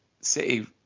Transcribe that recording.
City